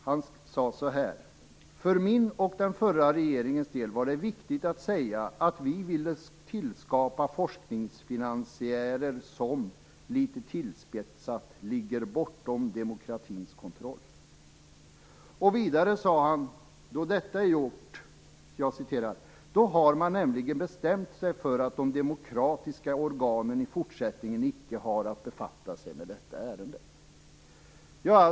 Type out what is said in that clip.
Han sade: "För min och den förra regeringens del var det viktigt att säga att vi ville tillskapa forskningsfinansiärer som, litet tillspetsat, ligger bortom demokratisk kontroll." Vidare sade han: "Då har man nämligen bestämt sig för att de demokratiska organen i fortsättningen icke har att befatta sig med detta ärende."